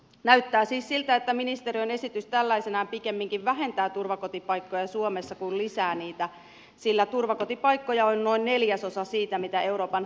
näyttää siis siltä että ministeriön esitys tällaisenaan pikemminkin vähentää turvakotipaikkoja suomessa kuin lisää niitä sillä turvakotipaikkoja on noin neljäsosa siitä mitä euroopan neuvosto edellyttää